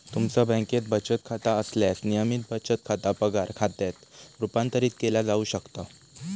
तुमचा बँकेत बचत खाता असल्यास, नियमित बचत खाता पगार खात्यात रूपांतरित केला जाऊ शकता